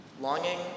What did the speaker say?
Longing